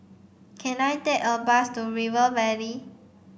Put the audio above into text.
can I take a bus to River Valley